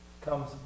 comes